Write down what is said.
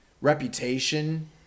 reputation